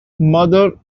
mother